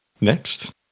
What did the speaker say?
Next